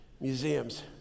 museums